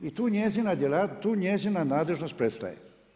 I tu njezina nadležnost prestaje.